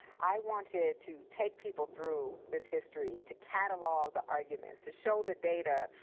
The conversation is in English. i wanted to take people through this history, to catalog the arguments, to show the data,